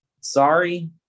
Sorry